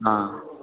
ಹಾಂ